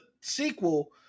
sequel